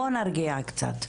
בואי נרגיע קצת.